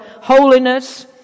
holiness